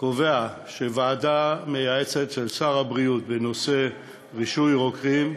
קובעת שוועדה מייעצת של שר הבריאות בנושא רישוי רוקחים,